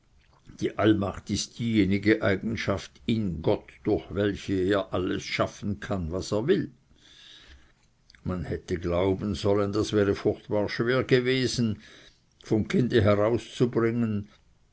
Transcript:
die allmacht ist diejenige eigenschaft in gott durch welche er alles schaffen kann was er will man hätte glauben sollen das wäre furchtbar schwer gewesen vom kinde herauszubringen